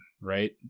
right